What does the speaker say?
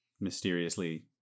mysteriously